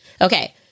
Okay